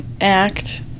act